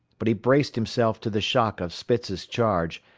but he braced himself to the shock of spitz's charge,